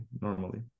normally